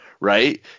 right